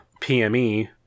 PME